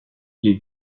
les